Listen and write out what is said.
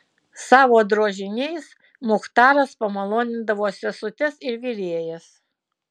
savo drožiniais muchtaras pamalonindavo sesutes ir virėjas